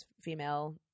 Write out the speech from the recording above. female